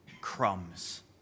crumbs